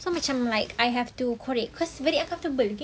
so macam like I have to korek cause very uncomfortable okay